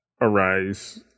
arise